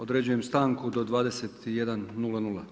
Određujem stanku do 21,00.